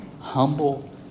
humble